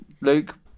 Luke